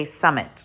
summit